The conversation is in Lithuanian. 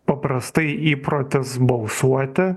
paprastai įprotis balsuoti